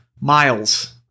miles